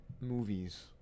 movies